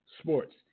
SPORTS